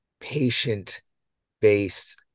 patient-based